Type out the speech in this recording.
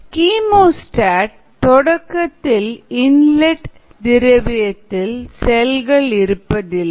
chemostat தொடக்கத்தில் inlet திரவியத்தில் செல்கள் இருப்பதில்லை